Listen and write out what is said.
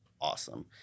awesome